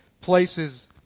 places